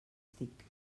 tic